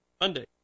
Monday